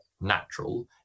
natural